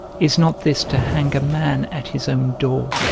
is not this to hang a man at his own door,